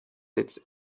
its